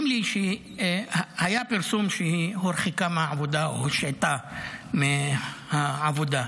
היה פרסום שהיא הורחקה מהעבודה, הושעתה מהעבודה.